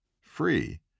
free